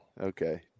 okay